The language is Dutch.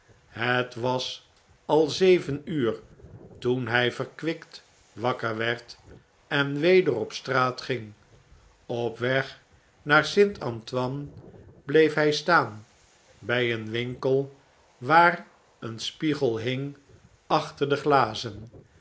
het was al zeven uur toen hq verkwikt wakker werd en weder op straat ging op weg naar st antoine bleef hij staan bn een winkel waar een spiegel hing achter de glazen